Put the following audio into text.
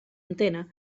antena